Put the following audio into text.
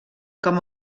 com